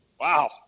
Wow